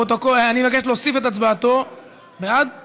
הצעת ועדת הכנסת להעביר את הצעת חוק למניעת מפגעים (תיקון,